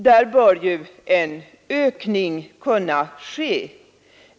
Det anslaget bör kunna ökas.